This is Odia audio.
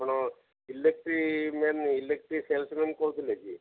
ଆପଣ ଇଲେକ୍ଟ୍ରି ମ୍ୟାନ୍ ଇଲେକ୍ଟ୍ରି ସେଲସ୍ମ୍ୟାନ କହୁଥିଲେ କି